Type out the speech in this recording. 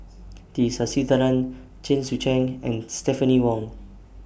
T Sasitharan Chen Sucheng and Stephanie Wong